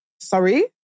Sorry